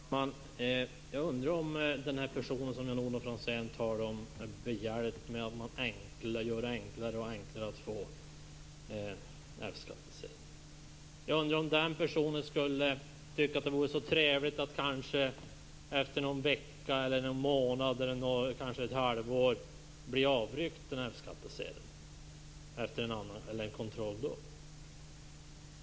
Fru talman! Jag undrar om den person som Jan Olof Franzén talar om är behjälpt av att man gör det enklare och enklare att få F-skattsedel. Jag undrar om den personen skulle tycka att det var så trevligt att efter en vecka, en månad eller kanske ett halvår bli avryckt F-skattsedeln efter en kontroll.